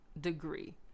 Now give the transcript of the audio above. degree